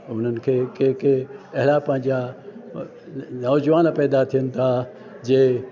उन्हनि खे कंहिं कंहिं अहिड़ा पंहिंजा नौ जवान पैदा थियनि था जे